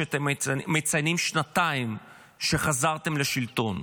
כשאתם מציינים שנתיים מאז שחזרתם לשלטון?